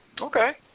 Okay